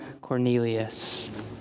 Cornelius